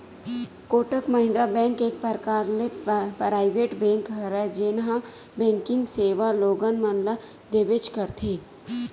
Kotak Mahindra bank एक परकार ले पराइवेट बेंक हरय जेनहा बेंकिग सेवा लोगन मन ल देबेंच करथे